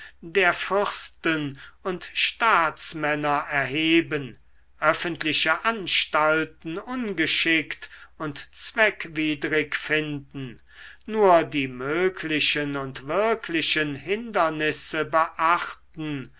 der fürsten und staatsmänner erheben öffentliche anstalten ungeschickt und zweckwidrig finden nur die möglichen und wirklichen hindernisse beachten